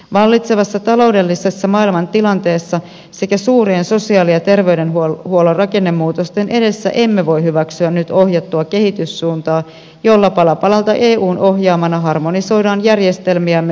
vallitsevassa taloudellisessa maailmantilanteessa sekä suurien sosiaali ja terveydenhuollon rakennemuutosten edessä emme voi hyväksyä nyt ohjattua kehityssuuntaa jolla pala palalta eun ohjaamana harmonisoidaan järjestelmiämme yhteensopiviksi